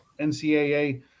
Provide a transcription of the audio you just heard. NCAA